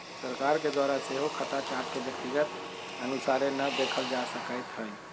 सरकार के द्वारा सेहो खता चार्ट के व्यक्तिगत अनुसारे न देखल जा सकैत हइ